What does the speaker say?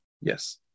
Yes